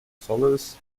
solis